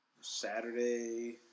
Saturday